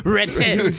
Redheads